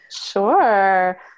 Sure